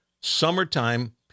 summertime